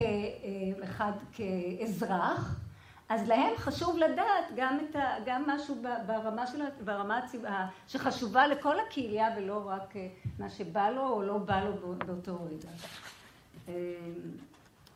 ‫אחד כאזרח, אז להם חשוב לדעת ‫גם משהו ברמה שחשובה לכל הקהילה ‫ולא רק מה שבא לו ‫או לא בא לו באותו רגע.